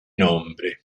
nombre